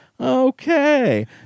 Okay